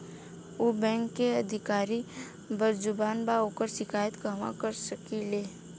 उ बैंक के अधिकारी बद्जुबान बा ओकर शिकायत कहवाँ कर सकी ले